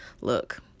Look